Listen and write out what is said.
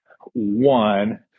one